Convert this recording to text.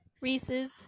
Reese's